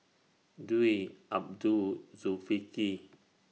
Dwi Abdul Zulkifli